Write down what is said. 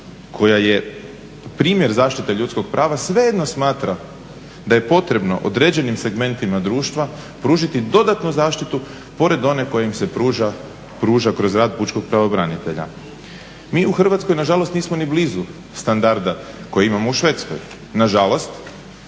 koja je primjer zaštite ljudskih prava svejedno smatra da je potrebno određenim segmentima društva pružiti dodatnu zaštitu pored one koja im se pruža kroz rad pučkog pravobranitelja. Mi u Hrvatskoj nažalost nismo ni blizu standarda kojeg ima u Švedskoj.